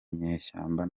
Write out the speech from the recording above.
nyeshyamba